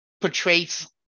portrays